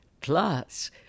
Plus